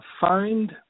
find